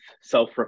self